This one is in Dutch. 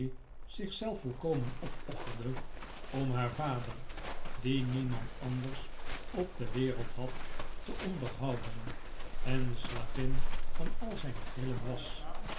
zich zelf volkomen opofferde om haar vader die niemand anders op de wereld had te onderhouden en de slavin van al zijn grillen was